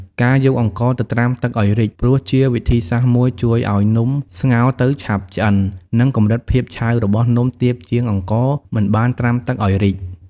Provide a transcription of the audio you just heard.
ការយកអង្ករទៅត្រាំទឹកឱ្យរីក ព្រោះជាវិធីសាស្រ្តមួយជួយឱ្យនំស្ងោរទៅឆាប់ឆ្អិន និងកម្រិតភាពឆៅរបស់នំ ទាបជាងអង្ករមិនបានត្រាំទឹកឱ្យរីក។